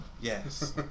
Yes